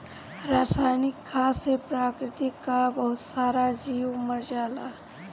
रासायनिक खाद से प्रकृति कअ बहुत सारा जीव मर जालन